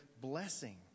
blessing